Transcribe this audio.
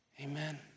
Amen